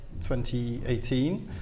2018